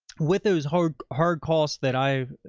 with those hard, hard costs that i've,